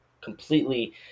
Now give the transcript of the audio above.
completely